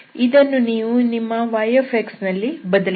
ಇದನ್ನು ನೀವು ನಿಮ್ಮ y ನಲ್ಲಿ ಬದಲಾಯಿಸಿ